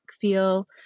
feel